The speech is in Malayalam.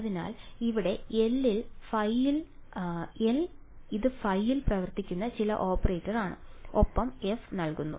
അതിനാൽ ഇവിടെ L ഇത് ϕ യിൽ പ്രവർത്തിക്കുന്ന ചില ഓപ്പറേറ്റർ ആണ് ഒപ്പം f നൽകുന്നു